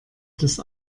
des